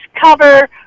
cover